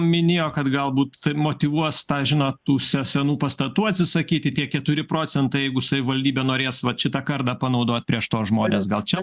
minėjo kad galbūt motyvuos tą žinot tų se senų pastatų atsisakyti tie keturi procentai jeigu savivaldybė norės vat šitą kardą panaudot prieš tuos žmones gal čia